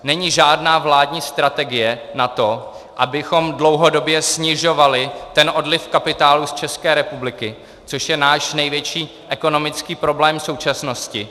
Není žádná vládní strategie na to, abychom dlouhodobě snižovali odliv kapitálu z České republiky, což je náš největší ekonomický problém současnosti.